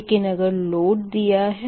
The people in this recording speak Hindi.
लेकिन अगर लोड दिया है